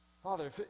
Father